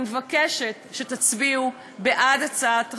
ואני מבקשת שתצביעו בעד הצעת החוק.